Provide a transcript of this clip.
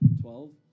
Twelve